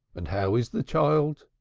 and how is the child?